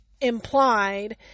implied